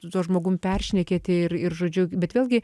su tuo žmogum peršnekėti ir ir žodžiu bet vėlgi